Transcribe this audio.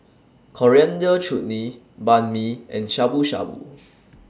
Coriander Chutney Banh MI and Shabu Shabu